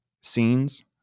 scenes